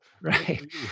Right